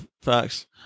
facts